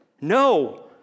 No